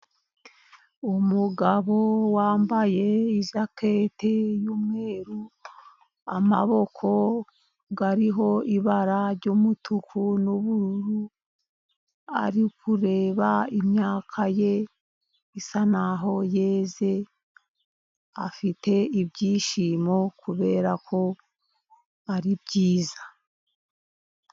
Umugabo wambaye ijakete y'umweru, amaboko ariho ibara ry' umutuku n'ubururu. Ari kureba imyaka ye isa naho yeze, afite ibyishimo kubera ko ari byiza.